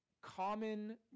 common